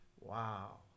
wow